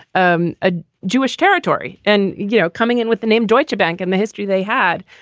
um a jewish territory. and, you know, coming in with the name deutschebank and the history they had,